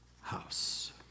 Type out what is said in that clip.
house